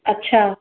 अच्छा